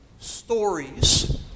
stories